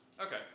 Okay